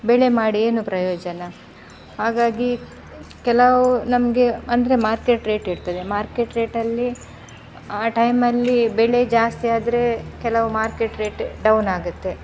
ಬೆಳೆ ಮಾಡಿ ಏನು ಪ್ರಯೋಜನ ಹಾಗಾಗಿ ಕೆಲವು ನಮಗೆ ಅಂದರೆ ಮಾರ್ಕೆಟ್ ರೇಟ್ ಇರ್ತದೆ ಮಾರ್ಕೆಟ್ ರೇಟಲ್ಲಿ ಆ ಟೈಮಲ್ಲಿ ಬೆಳೆ ಜಾಸ್ತಿಯಾದರೆ ಕೆಲವು ಮಾರ್ಕೆಟ್ ರೇಟ್ ಡೌನಾಗುತ್ತೆ